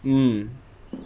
hmm